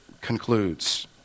concludes